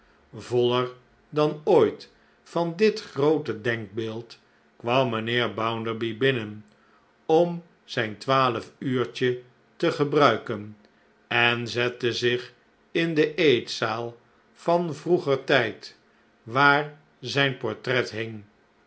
voller dan ooit van dit groote denkbeeld kwam mijnheer bounderby binnen om zijn twaalfuurtje te gebruiken en zette zich in de eetzaal van vroeger tijd waar zijn portret hing